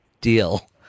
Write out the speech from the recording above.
deal